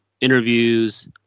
interviews